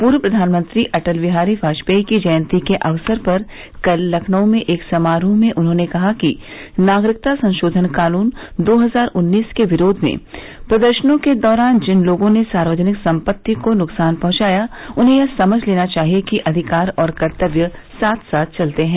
पूर्व प्रधानमंत्री अटल बिहारी वाजपेयी की जयंती के अवसर पर कल लखनऊ में एक समारोह में उन्होंने कहा कि नागरिकता संशोधन कानून दो हजार उन्नीस के विरोध में प्रदर्शनों के दौरान जिन लोगों ने सार्वजनिक संपत्ति को नुकसान पहुंचाया उन्हें यह समझ लेना चाहिए कि अधिकार और कर्तव्य साथ साथ चलते हैं